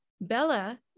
Bella